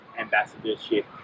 ambassadorship